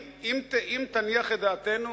אם תניח את דעתנו,